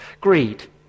Greed